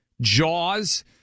Jaws